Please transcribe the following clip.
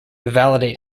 validate